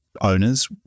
Owners